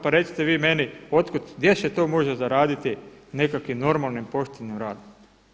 Pa recite vi meni od kud, gdje se to može zaraditi nekakvim normalnim poštenim radom.